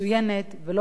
ולא פחות חשוב,